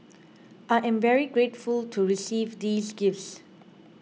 I am very grateful to receive these gifts